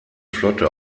flotte